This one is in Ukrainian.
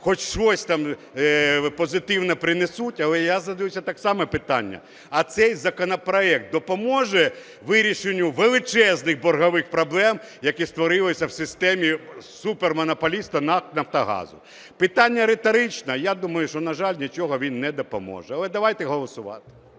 хоч щось там позитивне принесуть. Але я задаю так само питання: а цей законопроект допоможе вирішенню величезних боргових проблем, які створилися в системі супермонополіста НАК "Нафтогазу"? Питання риторичне. Я думаю, що, на жаль, нічого він не допоможе, але давайте голосувати.